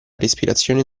respirazione